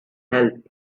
help